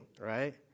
right